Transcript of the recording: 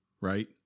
right